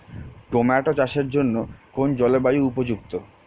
Tomato চাষের জন্য কোন জলবায়ু উপযুক্ত?